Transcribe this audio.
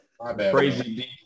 crazy